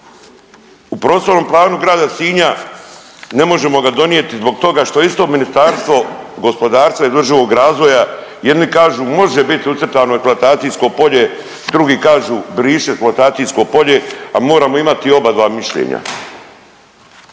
U prostornom planu grada Sinja ne možemo ga donijeti zbog toga što isto Ministarstvo gospodarstva i održivog razvoja jedni kažu može biti ucrtano eksploatacijsko polje, drugi kažu briši eksploatacijsko polje, a moramo imati oba dva mišljenja.